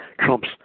Trump's